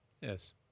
Yes